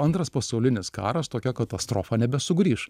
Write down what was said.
antras pasaulinis karas tokia katastrofa nebesugrįš